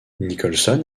nicholson